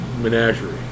menagerie